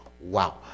Wow